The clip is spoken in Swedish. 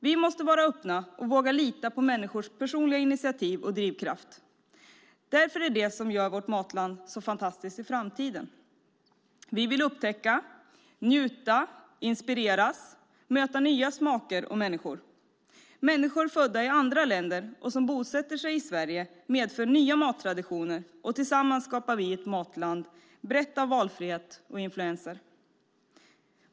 Vi måste vara öppna och våga lita på människors personliga initiativ och drivkraft. Det är det som gör vårt matland så fantastiskt i framtiden. Vi vill upptäcka, njuta, inspireras, möta nya smaker och människor. Människor födda i andra länder som bosätter sig i Sverige medför nya mattraditioner, och tillsammans skapar vi ett matland brett av valfrihet och influenser.